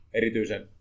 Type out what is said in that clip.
erityisen